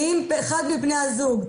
ואם אחד מבני הזוג,